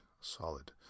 solid